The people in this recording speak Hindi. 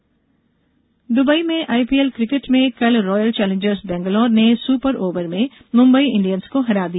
आईपीएल दुबई में आईपीएल क्रिकेट में कल रॉयल चैलेंजर्स बेंगलोर ने सुपर ओवर में मुंबई इंडियंस को हरा दिया